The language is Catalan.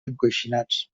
encoixinats